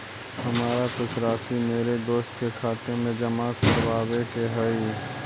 हमारा कुछ राशि मेरे दोस्त के खाते में जमा करावावे के हई